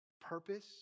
purpose